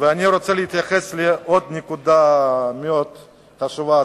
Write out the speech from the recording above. אני רוצה להתייחס לעוד נקודה מאוד חשובה,